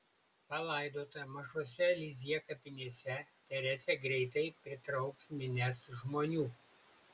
palaidota mažose lizjė kapinėse teresė greitai pritrauks minias žmonių